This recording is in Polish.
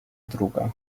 druga